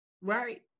right